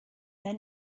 then